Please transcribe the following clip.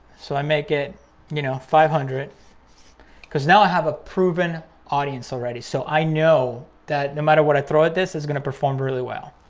so i make it you know five hundred cause now i have a proven audience already so i know that no matter what i throw at this, it's gonna perform really well.